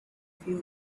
few